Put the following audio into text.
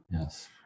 yes